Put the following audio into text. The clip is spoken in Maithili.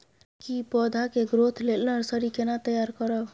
की पौधा के ग्रोथ लेल नर्सरी केना तैयार करब?